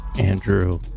Andrew